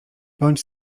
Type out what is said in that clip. bądź